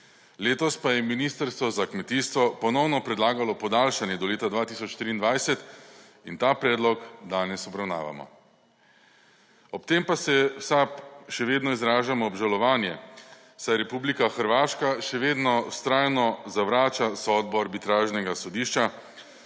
letos pa je Ministrstvo za kmetijstvo ponovno predlagalo podaljšanje do leta 2023 in ta predlog danes obravnavamo. Ob tem pa v SAB še vedno izražamo obžalovanje, saj Republika Hrvaška še vedno vztrajno zavrača sodbo arbitražnega sodišča,